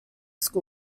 schools